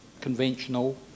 conventional